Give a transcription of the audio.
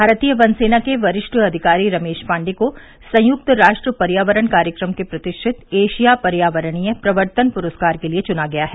भारतीय वन सेवा के वरिष्ठ अधिकारी रमेश पाण्डे को संयुक्त राष्ट्र पर्यावरण कार्यक्रम के प्रतिष्ठित एशिया पर्यावरणीय प्रवर्तन प्रस्कार के लिए चुना गया है